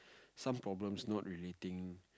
some problems not relating